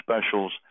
specials